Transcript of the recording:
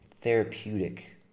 therapeutic